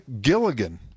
Gilligan